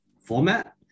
format